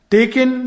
Taken